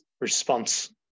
response